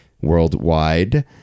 worldwide